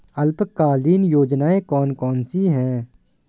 अल्पकालीन योजनाएं कौन कौन सी हैं?